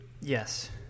Yes